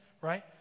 right